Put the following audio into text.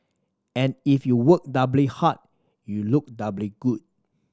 and if you work doubly hard you look doubly good